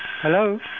Hello